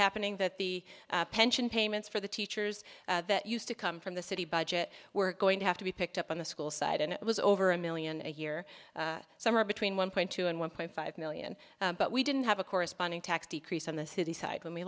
happening that the pension payments for the teachers that used to come from the city budget were going to have to be picked up on the school side and it was over a million a year somewhere between one point two and one point five million but we didn't have a corresponding tax decrease on the city side when we